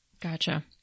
Gotcha